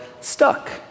stuck